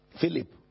Philip